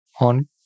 on